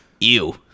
ew